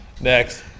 Next